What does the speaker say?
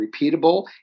repeatable